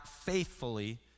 faithfully